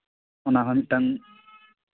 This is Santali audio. ᱚᱱᱟ ᱦᱚᱸ ᱢᱤᱫᱴᱟᱝ